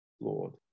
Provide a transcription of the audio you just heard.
Lord